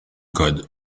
code